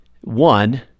one—